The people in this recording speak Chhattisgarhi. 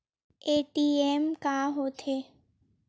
ए.टी.एम का होथे?